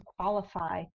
qualify